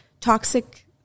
toxic